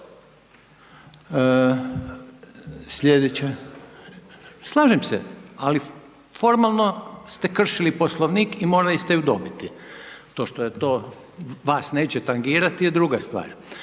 čuje se./… Slažem se, ali formalno ste kršili Poslovnik i morali ste ju dobiti, to što to vas neće tangirati je druga stvar.